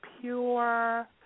pure